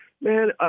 man